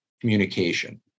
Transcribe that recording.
communication